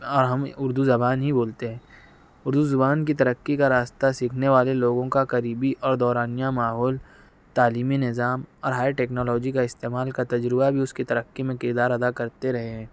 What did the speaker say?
اور ہم اردو زبان ہی بولتے ہیں اردو زبان کی ترقی کا راستہ سیکھنے والے لوگوں کا قریبی اور دورانیہ ماحول تعلیمی نظام اور ہائی ٹیکنالوجی کا استعمال کا تجربہ بھی اس کی ترقی میں کردار ادا کرتے رہے ہیں